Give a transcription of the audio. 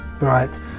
Right